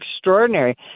extraordinary